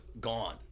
gone